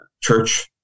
church